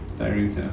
tiring sia